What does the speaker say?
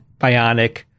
Bionic